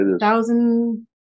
Thousand